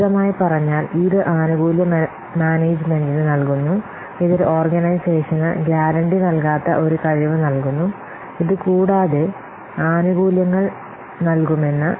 ലളിതമായി പറഞ്ഞാൽ ഇത് ആനുകൂല്യ മാനേജ്മെന്റിന് നൽകുന്നു ഇത് ഒരു ഓർഗനൈസേഷന് ഗ്യാരണ്ടി നൽകാത്ത ഒരു കഴിവ് നൽകുന്നു ഇത് കൂടാതെ ആനുകൂല്യങ്ങൾ നൽകുമെന്ന്